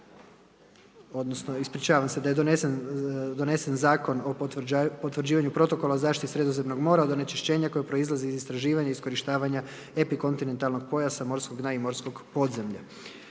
odnosno ispričavam se da je donesen Zakon o Potvrđivanju protokola o zaštiti Sredozemnog mora od onečišćenja koje proizlazi iz istraživanja i iskorištavanja epikontinentalnog pojasa, morskog dna i morskog podzemlja.